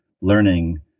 learning